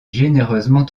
généreusement